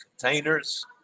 containers